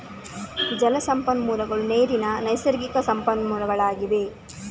ಜಲ ಸಂಪನ್ಮೂಲಗಳು ನೀರಿನ ನೈಸರ್ಗಿಕ ಸಂಪನ್ಮೂಲಗಳಾಗಿವೆ